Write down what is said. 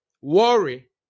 Worry